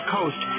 Coast